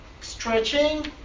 stretching